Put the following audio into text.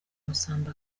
umusambi